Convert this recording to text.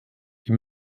wir